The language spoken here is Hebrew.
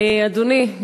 אדוני,